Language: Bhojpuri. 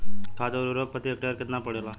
खाध व उर्वरक प्रति हेक्टेयर केतना पड़ेला?